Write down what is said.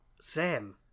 Sam